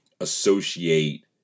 associate